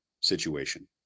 situation